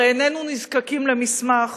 הרי איננו נזקקים למסמך